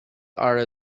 are